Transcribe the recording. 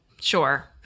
Sure